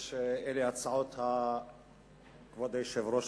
כבוד היושב-ראש,